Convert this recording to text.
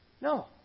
No